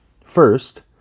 First